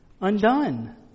undone